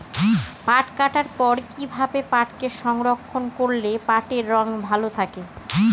পাট কাটার পর কি ভাবে পাটকে সংরক্ষন করলে পাটের রং ভালো থাকে?